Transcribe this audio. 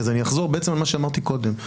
אז אני אחזור על מה שאמרתי קודם.